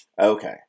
Okay